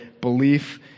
belief